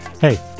Hey